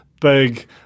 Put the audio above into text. big